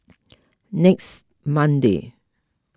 next monday